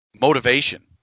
motivation